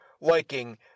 liking